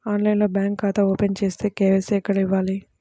ఆన్లైన్లో బ్యాంకు ఖాతా ఓపెన్ చేస్తే, కే.వై.సి ఎక్కడ ఇవ్వాలి?